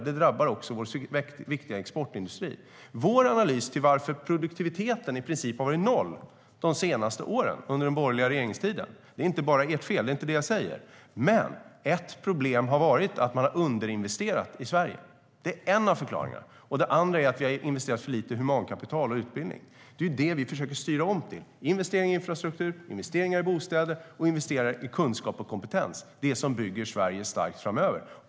Det drabbar också vår viktiga exportindustri. Vi har gjort en analys av varför produktiviteten i princip har varit noll de senaste åren, under den borgerliga regeringstiden. Det är inte bara ert fel; det är inte det jag säger. Men ett problem har varit att man har underinvesterat i Sverige. Det är en av förklaringarna. Det andra är att vi har investerat för lite i humankapital och utbildning. Det är det vi försöker styra om till. Det handlar om investeringar i infrastruktur, investeringar i bostäder och investeringar i kunskap och kompetens, det som bygger Sverige starkt framöver.